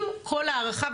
עם כל ההערכה,